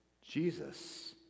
Jesus